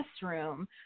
classroom